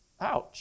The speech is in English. Ouch